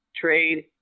Trade